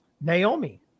Naomi